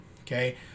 Okay